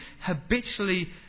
habitually